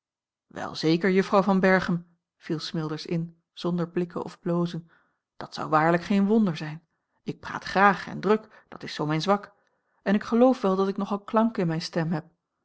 wel zeker juffrouw van berchem viel smilders in zonder blikken of blozen dat zou waarlijk geen wonder zijn ik praat graag en druk dat is zoo mijn zwak en ik geloof wel dat ik nogal klank in mijne stem heb